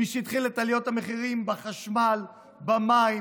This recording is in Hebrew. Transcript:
מי שהתחיל את עליות המחירים בחשמל, במים,